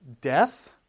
death